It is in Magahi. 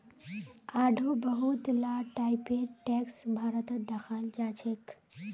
आढ़ो बहुत ला टाइपेर टैक्स भारतत दखाल जाछेक